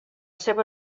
seva